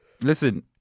listen